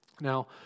now